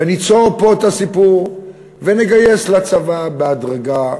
וניצור פה את הסיפור, ונגייס לצבא בהדרגה,